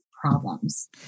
problems